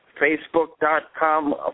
facebook.com